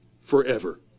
forever